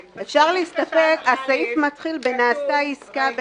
הסעיף מתחיל ב"נעשתה עסקה".